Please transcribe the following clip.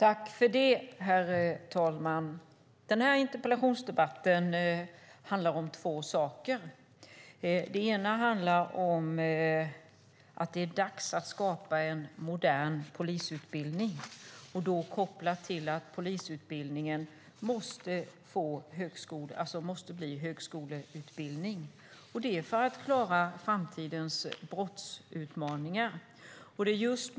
Herr talman! Denna interpellationsdebatt handlar om två saker. Det ena är att det är dags att skapa en modern polisutbildning. Polisutbildningen måste bli en högskoleutbildning för att klara framtidens brottsutmaningar.